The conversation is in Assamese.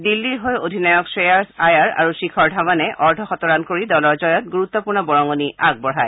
দিল্লীৰ হৈ অধিনায়ক শ্ৰেয়াছ আয়াৰ আৰু শ্বিখৰ ধাৱনে অৰ্ধশতৰান কৰি দলৰ জয়ৰ গুৰুত্বপূৰ্ণ বৰঙণি আগবঢ়ায়